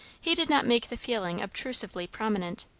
he did not make the feeling obtrusively prominent.